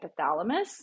hypothalamus